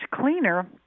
cleaner